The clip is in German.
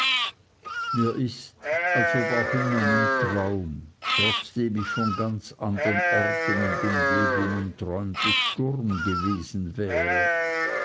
mir ist als ob auch in meinem traum trotzdem ich von ganz andern orten und umgebungen träumte sturm gewesen wäre